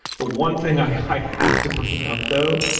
the one thing i have to bring up, though,